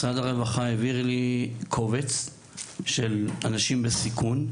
משרד הרווחה העביר לי קובץ של אנשים בסיכון,